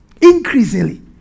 Increasingly